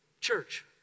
Church